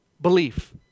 Belief